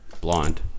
blonde